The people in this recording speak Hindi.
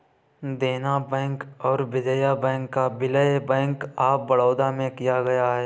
देना बैंक और विजया बैंक का विलय बैंक ऑफ बड़ौदा में किया गया है